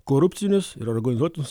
korupcinius ir organizuotus